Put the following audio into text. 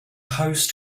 host